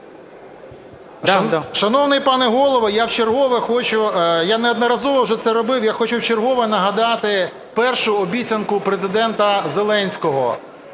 я вчергове хочу, я неодноразово вже це робив, я хочу вчергове нагадати першу обіцянку Президента Зеленського.